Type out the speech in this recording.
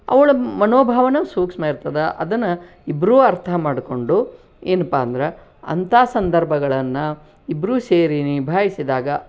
ಅವ್ಳ ಮನೋಭಾವವೂ ಸೂಕ್ಷ್ಮ ಇರ್ತದೆ ಅದನ್ನು ಇಬ್ಬರೂ ಅರ್ಥ ಮಾಡಿಕೊಂಡು ಏನಪ್ಪಾ ಅಂದ್ರೆ ಅಂಥ ಸಂದರ್ಭಗಳನ್ನ ಇಬ್ಬರೂ ಸೇರಿ ನಿಭಾಯಿಸಿದಾಗ